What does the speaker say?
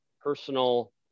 personal